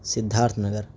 Siddharth Nagar